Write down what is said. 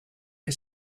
che